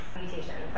mutation